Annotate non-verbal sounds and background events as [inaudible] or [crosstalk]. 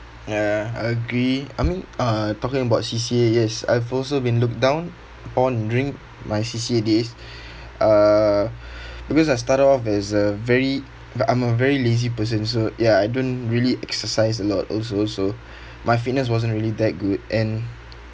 ya I agree I mean uh talking about C_C_A yes I've also been looked down upon during my C_C_A days [breath] uh [breath] because I started off as a very I'm a very lazy person so ya I don't really exercise a lot also so my fitness wasn't really that good and